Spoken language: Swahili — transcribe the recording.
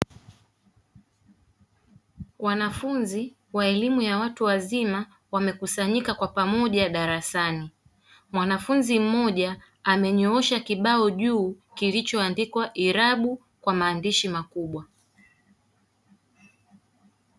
Wanafunzi wa elimu ya watu wazima wamekusanyika kwa pamoja darasani, mwanafunzi mmoja amenyoosha kibao juu kilichoandikwa irabu kwa maandishi makubwa.